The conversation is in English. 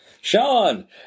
Sean